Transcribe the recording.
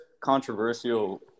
controversial